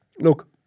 look